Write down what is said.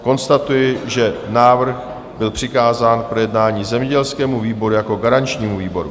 Konstatuji, že návrh byl přikázán k projednání zemědělskému výboru jako garančnímu výboru.